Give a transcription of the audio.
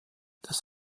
das